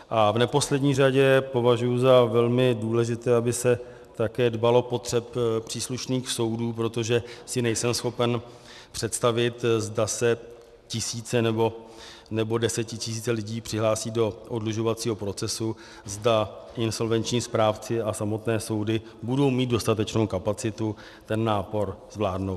A v neposlední řadě považuji za velmi důležité, aby se také dbalo potřeb příslušných soudů, protože si nejsem schopen představit, zda se tisíce nebo desetitisíce lidí přihlásí do oddlužovacího procesu, zda insolvenční správci a samotné soudy budou mít dostatečnou kapacitu ten nápor zvládnout.